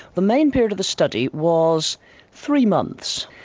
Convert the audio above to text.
the main period of the study was three months.